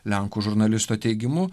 lenkų žurnalisto teigimu